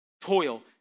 Toil